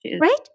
Right